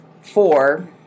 four